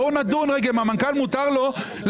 בואו נדון רגע אם למנכ"ל מותר לאשר